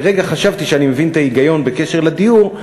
לרגע חשבתי שאני מבין את ההיגיון בקשר לדיור,